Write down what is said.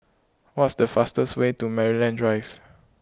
what is the fastest way to Maryland Drive